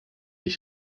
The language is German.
ich